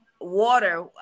Water